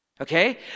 okay